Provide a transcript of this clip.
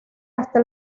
hasta